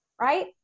right